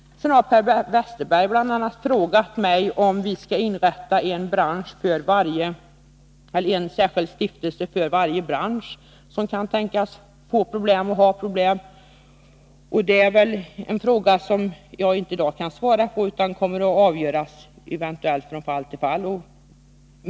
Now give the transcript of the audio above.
Per Westerberg har frågat mig om vi skall inrätta en särskild stiftelse för varje bransch som har eller kan tänkas få problem. Det är en fråga som jag i dag inte kan besvara. Beslut därom får nog fattas från fall till fall.